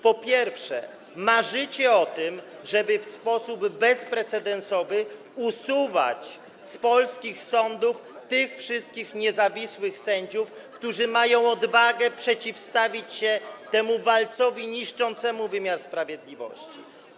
Po pierwsze, marzycie o tym, żeby w sposób bezprecedensowy usuwać z polskich sądów tych wszystkich niezawisłych sędziów, którzy mają odwagę przeciwstawić się temu walcowi niszczącemu wymiar sprawiedliwości.